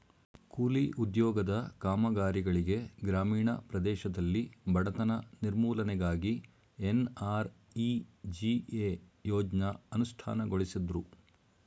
ಕೂಲಿ ಉದ್ಯೋಗದ ಕಾಮಗಾರಿಗಳಿಗೆ ಗ್ರಾಮೀಣ ಪ್ರದೇಶದಲ್ಲಿ ಬಡತನ ನಿರ್ಮೂಲನೆಗಾಗಿ ಎನ್.ಆರ್.ಇ.ಜಿ.ಎ ಯೋಜ್ನ ಅನುಷ್ಠಾನಗೊಳಿಸುದ್ರು